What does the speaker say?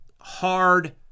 hard